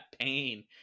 pain